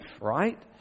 right